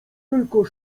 tylko